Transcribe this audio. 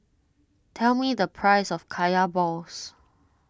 tell me the price of Kaya Balls